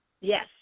Yes